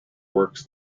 works